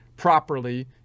properly